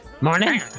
Morning